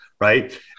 Right